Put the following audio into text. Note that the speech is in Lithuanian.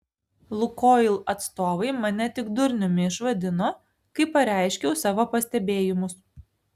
lukoil atstovai mane tik durniumi išvadino kai pareiškiau savo pastebėjimus